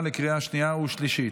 אין מתנגדים.